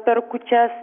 per kūčias